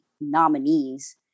nominees